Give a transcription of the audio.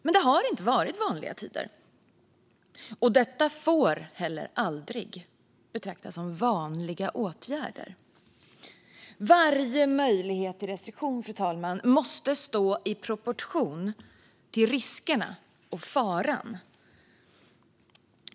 Men det har inte varit vanliga tider, och detta får heller inte betraktas som vanliga åtgärder. Varje möjlighet till restriktion, fru talman, måste stå i proportion till riskerna och faran.